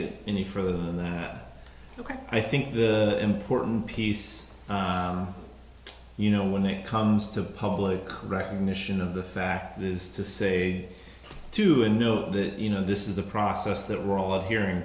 it any further than that i think the important piece you know when it comes to public recognition of the fact is to say to him know that you know this is a process that we're all hearing